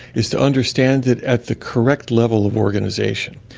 is to understand it at the correct level of organisation.